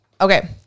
Okay